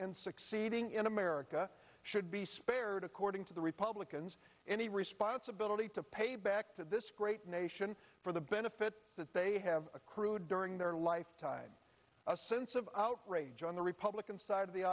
and succeeding in america should be spared according to the republicans any responsibility to pay back to this great nation for the benefit that they have accrued during their lifetime a sense of outrage on the republican side of the